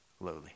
lowly